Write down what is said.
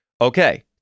Okay